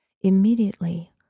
Immediately